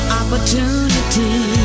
opportunity